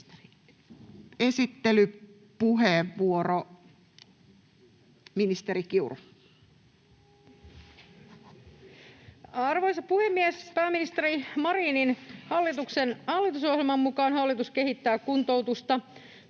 Time: 14:48 Content: Arvoisa puhemies! Pääministeri Marinin hallituksen hallitusohjelman mukaan hallitus kehittää kuntoutusta